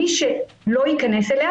מי שלא ייכנס אליה,